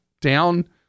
down